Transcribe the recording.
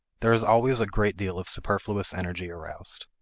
there is always a great deal of superfluous energy aroused.